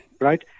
Right